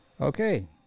Okay